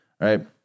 right